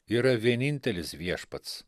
yra vienintelis viešpats